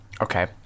Okay